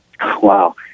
Wow